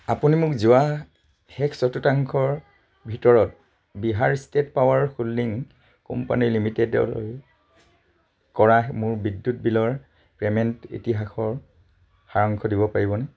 আপুনি মোক যোৱা শেষ চতুৰ্থাংশৰ ভিতৰত Bihar state power holding company লিমিটেডলৈ কৰা মোৰ বিদ্যুৎ বিলৰ পে'মেণ্টৰ ইতিহাসৰ সাৰাংশ দিব পাৰিবনে